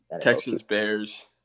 Texans-Bears